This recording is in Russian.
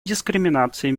дискриминации